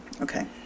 Okay